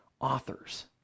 authors